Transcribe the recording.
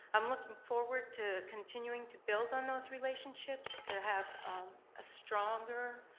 i'm looking forward to continuing to build on those relationships to have a stronger